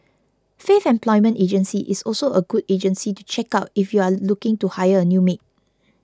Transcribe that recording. Faith Employment Agency is also a good agency to check out if you are looking to hire a new maid